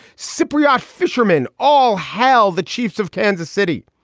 cypriot fisherman. all hail the chiefs of kansas city.